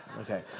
okay